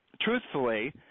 truthfully